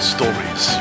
Stories